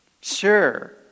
Sure